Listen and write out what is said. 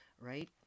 right